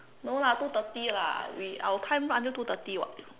no lah two thirty lah we our time write until two thirty [what]